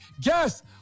guess